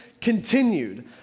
continued